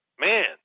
man